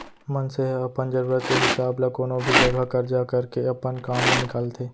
मनसे ह अपन जरूरत के हिसाब ल कोनो भी जघा करजा करके अपन काम ल निकालथे